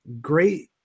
great